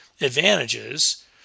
advantages